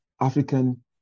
African